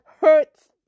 hurts